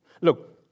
Look